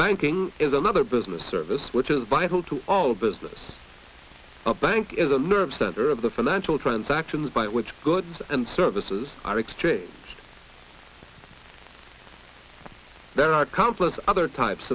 banking is another business service which is vital to all business a bank is a nerve center of the financial transactions by which goods and services are exchanged there are countless other types